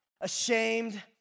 ashamed